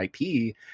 IP